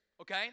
Okay